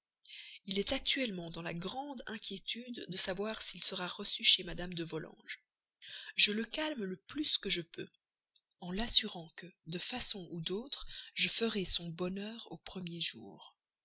il est actuellement dans la grande inquiétude de savoir s'il sera reçu chez mme de volanges je le calme le plus que je peux en l'assurant que de façon ou d'autre je ferai son bonheur au premier jour